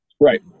right